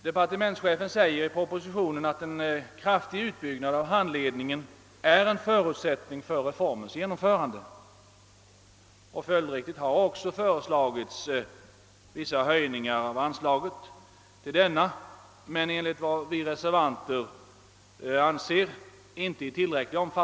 Departementschefen säger också i propositionen att en kraftig utbyggnad av handledningen är en förutsättning för reformens genomförande. Följdriktigt har också föreslagits vissa höjningar av anslagen. Enligt reservanternas uppfattning är dessa höjningar inte tillräckligt stora.